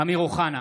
אמיר אוחנה,